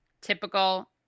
Typical